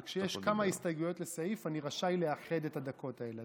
אבל כשיש כמה הסתייגויות לסעיף אני רשאי לאחד את הדקות האלה.